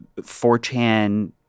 4chan